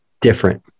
different